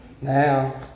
Now